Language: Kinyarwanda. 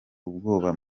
ubwoba